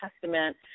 Testament